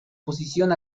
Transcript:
posición